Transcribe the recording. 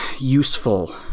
useful